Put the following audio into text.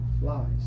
lies